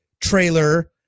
trailer